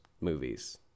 movies